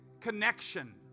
connection